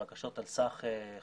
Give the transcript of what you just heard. בקשות על 600